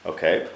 Okay